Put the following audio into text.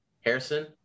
Harrison